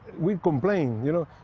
we complain, you know,